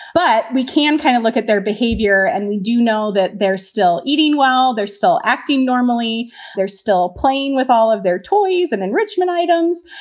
but we can kind of look at their behavior. and we do know that they're still eating well, they're still acting normally they're still playing with all of their toys and enrichment items.